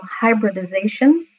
hybridizations